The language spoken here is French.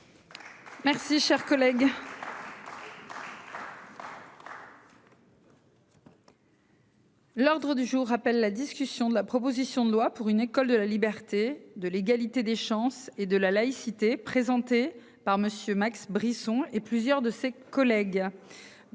Merci cher collègue. L'ordre du jour appelle la discussion de la proposition de loi pour une école de la liberté de l'égalité des chances et de la laïcité, présenté par Monsieur Max Brisson et plusieurs de ses collègues.